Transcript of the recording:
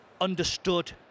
understood